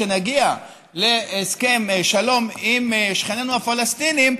כשנגיע להסכם שלום עם שכנינו הפלסטינים,